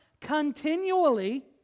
continually